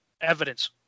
Evidence